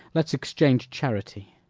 let's exchange charity.